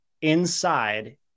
inside